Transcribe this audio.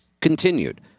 continued